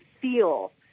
feel